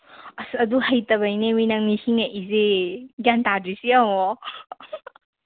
ꯑꯁ ꯑꯗꯨ ꯍꯩꯇꯕꯒꯤꯅꯦꯃꯤ ꯅꯪ ꯅꯤꯡꯁꯤꯡꯉꯛꯏꯁꯦ ꯒ꯭ꯌꯥꯟ ꯇꯥꯗ꯭ꯔꯤꯁꯦ ꯌꯦꯡꯑꯣ